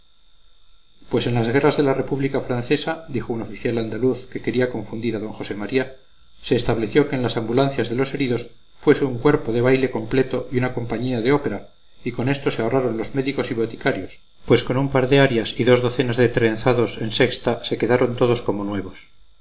pues en las guerras de la república francesa dijo un oficial andaluz que quería confundir a d josé maría se estableció que en las ambulancias de los heridos fuese un cuerpo de baile completo y una compañía de ópera y con esto se ahorraron los médicos y boticarios pues con un par de arias y dos docenas de trenzados en sexta se quedaban todos como nuevos